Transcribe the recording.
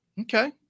Okay